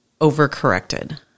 overcorrected